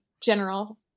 general